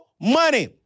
money